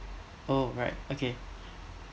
oh right okay